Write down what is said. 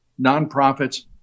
nonprofits